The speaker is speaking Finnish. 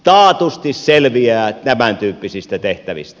taatusti selviää tämän tyyppisistä tehtävistä